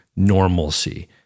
normalcy